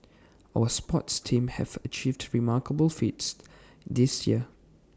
our sports teams have achieved remarkable feats this year